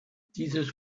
dieses